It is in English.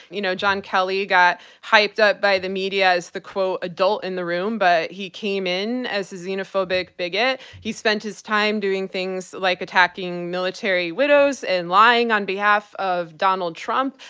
you know, john kelly got hyped up by the media as the, quote, adult in the room, but he came in as a xenophobic bigot. he spent his time doing things like attacking military widows and lying on behalf of donald trump.